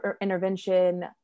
intervention